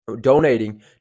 donating